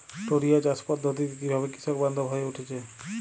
টোরিয়া চাষ পদ্ধতি কিভাবে কৃষকবান্ধব হয়ে উঠেছে?